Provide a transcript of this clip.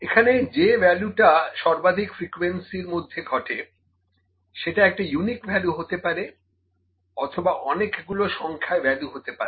এখানে যে ভ্যালুটা সর্বাধিক ফ্রিকোয়েন্সি এর মধ্যে ঘটে সেটা একটি ইউনিক ভ্যালু হাতে পারে অথবা অনেক গুলো সংখ্যায় ভ্যালু হতে পারে